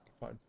Fine